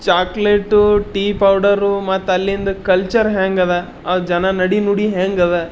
chocolate tea powder ಮತ್ತು ಅಲ್ಲಿಂದು culture ಹೇಗ್ ಅದ ಆ ಜನ ನಡೆ ನುಡಿ ಹೇಗದ